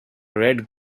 red